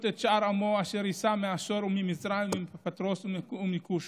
את שאר עמו אשר ישאר מאשור וממצרים ומפתרוס ומכוש